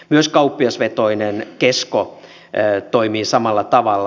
myös kauppiasvetoinen kesko toimii samalla tavalla